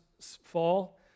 fall